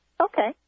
Okay